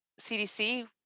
CDC